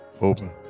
Open